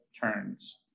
turns